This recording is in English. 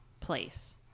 place